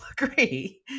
agree